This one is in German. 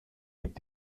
mit